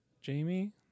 Jamie